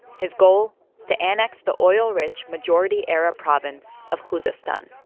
his goal to annex the oil-rich majority-arab province of khuzestan.